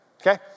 okay